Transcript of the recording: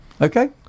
Okay